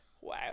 Wow